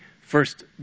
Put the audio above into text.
first